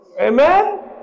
Amen